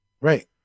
right